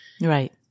Right